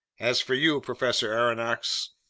as for you, professor aronnax,